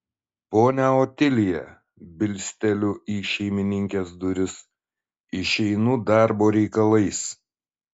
ponia otilija bilsteliu į šeimininkės duris išeinu darbo reikalais